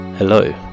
Hello